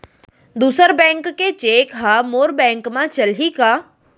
दूसर बैंक के चेक ह मोर बैंक म चलही का?